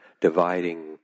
dividing